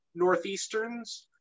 Northeasterns